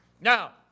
Now